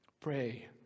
Pray